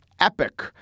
epic